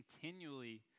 continually